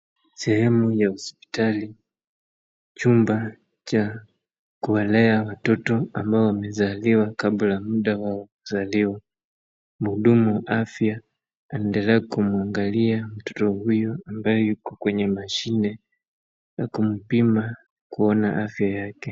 Sehemu ya hospitali, chumba cha kuwalea watoto ambao wamezaliwa kabla muda wao wa kuzaliwa. Muhudumu wa afya anaendele kumwangalia mtoto huyu ambaye yuko kwenye mashine na kumpima kuona afya yake.